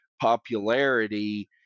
popularity